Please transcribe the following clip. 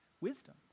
wisdom